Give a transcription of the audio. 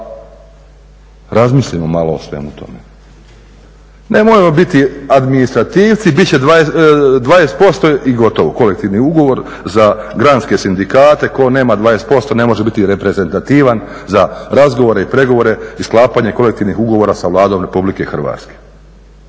razmislimo malo o svemu tome. Nemojmo biti administrativci. Bit će 20% i gotovo kolektivni ugovor za granske sindikate. Tko nema 20% ne može biti reprezentativan za razgovore i pregovore i sklapanje kolektivnih ugovora sa Vladom Republike Hrvatske.